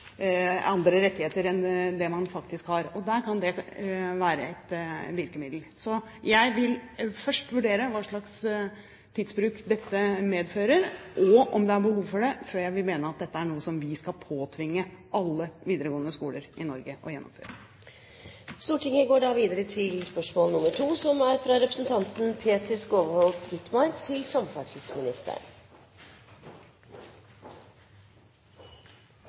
kan det være et virkemiddel. Jeg vil først vurdere hva slags tidsbruk dette medfører, og om det er behov for det, før jeg vil mene at dette er noe som vi skal påtvinge alle videregående skoler i Norge å gjennomføre. Jeg har følgende spørsmål til